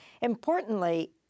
Importantly